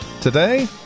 Today